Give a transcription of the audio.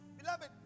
Beloved